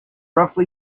roughly